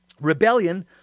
rebellion